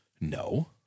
no